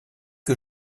que